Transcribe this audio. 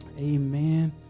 Amen